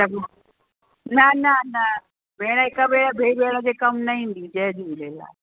त ॿ न न न भेण हिक ॿिए खे भेण भेण कमु न ईंदी जय झूलेलाल